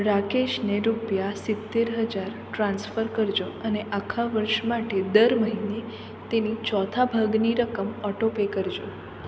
રાકેશને રૂપિયા સિત્તેર હજાર ટ્રાન્સફર કરજો અને આખા વર્ષ માટે દર મહિને તેની ચોથા ભાગની રકમ ઓટો પે કરજો